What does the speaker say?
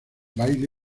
baile